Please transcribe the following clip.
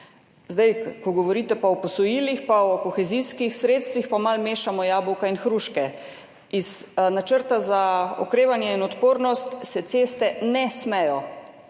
Ko pa govorite o posojilih in o kohezijskih sredstvih, pa malo mešamo jabolka in hruške. Iz Načrta za okrevanje in odpornost se ceste ne smejo,